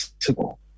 possible